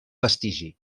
vestigi